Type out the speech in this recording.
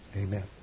Amen